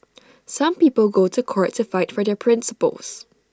some people go to court to fight for their principles